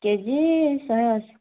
KG ଶହେ ଅଶି